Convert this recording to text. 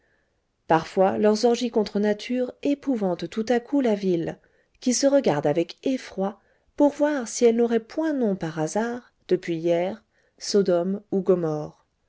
parfois leurs orgies contre nature épouvantent tout à coup la ville qui se regarde avec effroi pour voir si elle n'aurait point nom par hasard depuis hier sodome ou gomorrhe